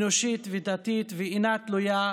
אנושיות ודתיות,